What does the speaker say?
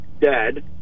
dead